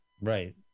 Right